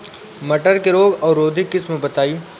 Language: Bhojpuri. मटर के रोग अवरोधी किस्म बताई?